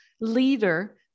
leader